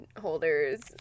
holders